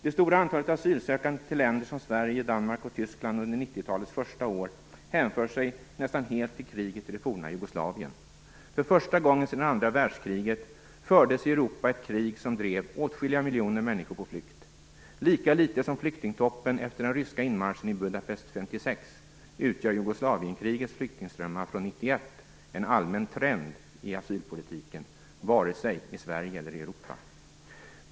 Det stora antalet asylsökande till länder som Sverige, Danmark och Tyskland under 90-talets första år hänför sig nästan helt till kriget i det forna Jugoslavien. För första gången sedan andra världskriget fördes i Europa ett krig som drev åtskilliga miljoner människor på flykt. Lika litet som flyktingtoppen efter den ryska inmarschen i Budapest 1956 utgör Jugoslavienkrigets flyktingströmmar från 1991 en allmän trend i asylpolitiken, vare sig i Sverige eller i Europa.